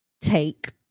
take